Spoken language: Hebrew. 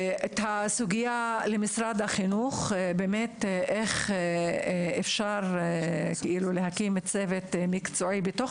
לגבי משרד החינוך איך אפשר להקים צוות מקצועי בתוך